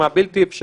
מה בלתי אפשרי,